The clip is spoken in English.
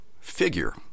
Figure